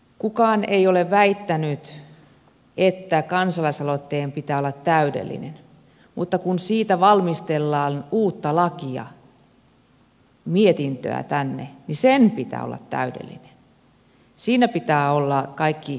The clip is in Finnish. kukaan ei ole väittänyt että kansalaisaloitteen pitää olla täydellinen mutta kun siitä valmistellaan uutta lakia mietintöä tänne niin tämän pitää olla täydellinen siinä pitää kaiken olla kohdillaan